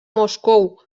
moscou